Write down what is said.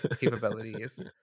capabilities